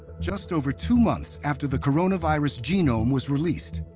just over two months after the coronavirus genome was released,